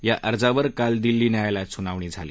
या अर्जावर काल दिल्ली न्यायालयात सुनावणी झाली